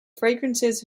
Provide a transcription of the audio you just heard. fragrances